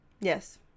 yes